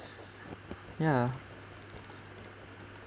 ya